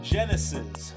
Genesis